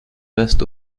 west